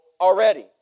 already